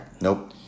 Nope